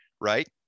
right